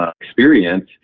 experience